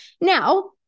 Now